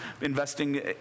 investing